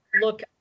look